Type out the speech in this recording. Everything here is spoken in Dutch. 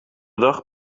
dag